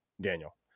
Daniel